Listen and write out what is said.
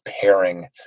pairing